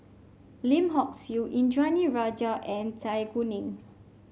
Lim Hock Siew Indranee Rajah and Zai Kuning